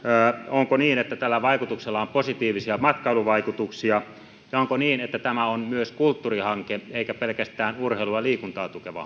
onko niin että tällä hankkeella on positiivisia matkailuvaikutuksia ja onko niin että tämä on myös kulttuurihanke eikä pelkästään urheilua ja liikuntaa tukeva